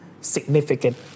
significant